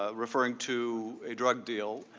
ah referring to a drug deal,